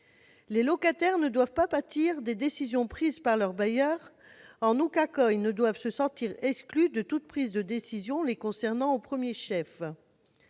des locataires, qui ne doivent pas pâtir des décisions prises par leur bailleur. Ils ne doivent pas se sentir exclus de toute prise de décision les concernant au premier chef.